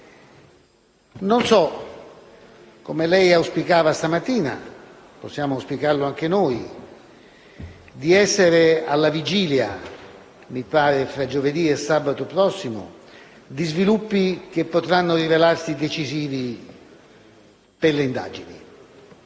dignità. Come lei auspicava stamattina, possiamo auspicare anche noi di essere alla vigilia - mi pare tra giovedì e sabato prossimi - di sviluppi che potranno rivelarsi decisivi per le indagini.